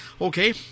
Okay